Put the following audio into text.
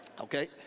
Okay